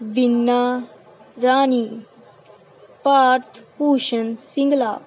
Veena Rani Bharat Bhushan Singla